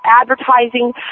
advertising